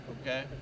Okay